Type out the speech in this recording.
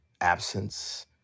absence